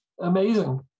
amazing